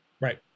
right